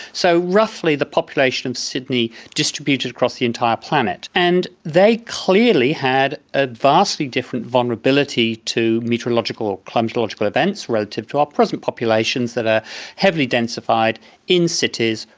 so roughly the population of sydney distributed across the entire planet. and they clearly had a vastly different vulnerability to meteorological or climatological events relative to our present populations that are heavily densified in cities,